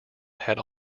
had